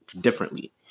differently